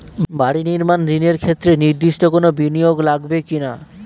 বাড়ি নির্মাণ ঋণের ক্ষেত্রে নির্দিষ্ট কোনো বিনিয়োগ লাগবে কি না?